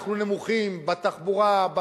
אנחנו נמוכים בחינוך,